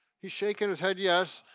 he's shaking his head yes.